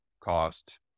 cost